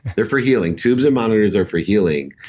they're for healing. tubes and monitors are for healing,